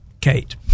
kate